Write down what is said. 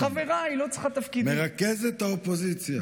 מרכזת האופוזיציה.